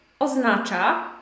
oznacza